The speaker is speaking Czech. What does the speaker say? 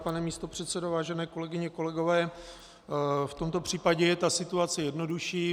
Pane místopředsedo, vážené kolegyně a kolegové, v tomto případě je ta situace jednodušší.